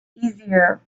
easier